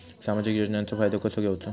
सामाजिक योजनांचो फायदो कसो घेवचो?